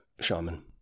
shaman